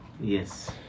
yes